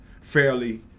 fairly